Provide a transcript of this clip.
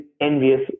envious